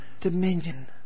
dominion